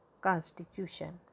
constitution